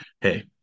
Hey